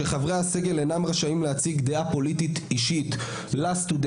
שחברי הסגל אינם רשאים להציג דעה פוליטית אישית לסטודנטים,